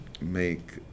make